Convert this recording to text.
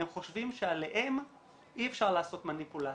הם חושבים שעליהם אי אפשר לעשות מניפולציות.